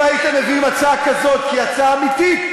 אם הייתם מביאים הצעה כזאת כהצעה אמיתית,